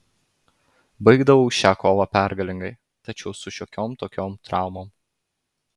baigdavau šią kovą pergalingai tačiau su šiokiom tokiom traumom